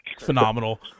phenomenal